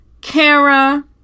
Kara